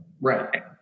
Right